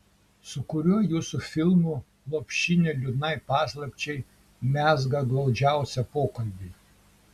su kuriuo jūsų filmu lopšinė liūdnai paslapčiai mezga glaudžiausią pokalbį